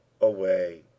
away